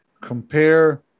compare